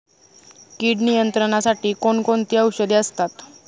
कीड नियंत्रणासाठी कोण कोणती औषधे असतात?